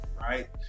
right